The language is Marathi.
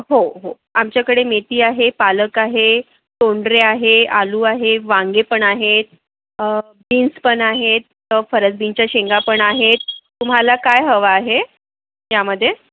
हो हो आमच्याकडे मेथी आहे पालक आहे तोंड्रे आहे आलू आहे वांगे पण आहे बीन्स पण आहे फरजबीनच्या शेंगा पण आहे तुम्हाला काय हवं आहे यामध्ये